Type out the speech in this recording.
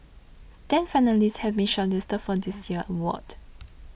ten finalists have been shortlisted for this year's award